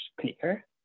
clear